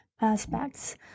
aspects